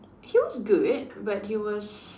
he was good but he was